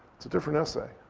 it's a different essay.